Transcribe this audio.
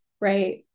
right